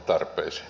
kiitoksia